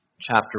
Chapter